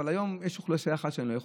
אבל היום יש אוכלוסייה אחת שאני לא יכול,